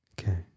Okay